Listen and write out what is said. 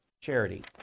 charity